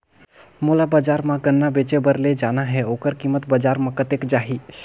मोला बजार मां गन्ना बेचे बार ले जाना हे ओकर कीमत बजार मां कतेक जाही?